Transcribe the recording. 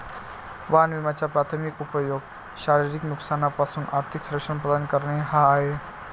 वाहन विम्याचा प्राथमिक उपयोग शारीरिक नुकसानापासून आर्थिक संरक्षण प्रदान करणे हा आहे